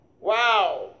Wow